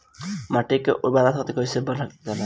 माटी के उर्वता शक्ति कइसे बढ़ावल जाला?